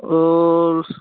ও স